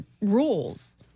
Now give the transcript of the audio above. rules